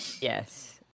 yes